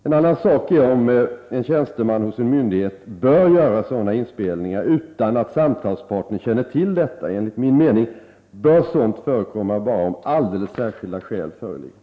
En annan sak är om en tjänsteman hos en myndighet bör göra sådana inspelningar utan att samtalsparten känner till detta. Enligt min mening bör sådant förekomma bara om alldeles särskilda skäl föreligger.